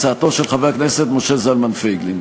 של חבר הכנסת משה זלמן פייגלין.